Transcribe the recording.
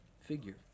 figure